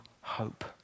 hope